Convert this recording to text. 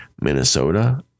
Minnesota